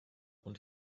und